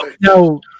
No